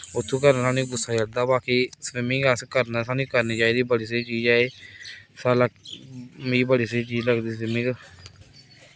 उत्थूं करना गुस्सा चढ़दा बाकी स्विमिंग अस करने सानूं चाहिदी बड़ी स्हेई चीज ऐ एह् साला मिगी बड़ी स्हेई चीज लगदी स्विमिंग